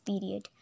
period